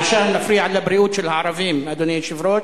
העשן מפריע לבריאות של הערבים, אדוני היושב-ראש,